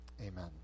amen